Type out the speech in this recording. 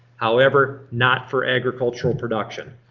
however, not for agricultural production.